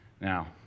Now